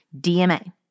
DMA